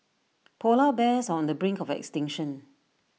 Polar Bears are on the brink of extinction